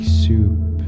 soup